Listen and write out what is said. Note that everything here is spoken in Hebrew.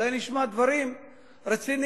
שאולי נשמע דברים רציניים